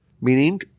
meaning